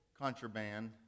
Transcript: contraband